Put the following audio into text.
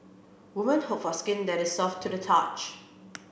woman hope for skin that is soft to the touch